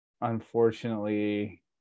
unfortunately